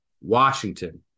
Washington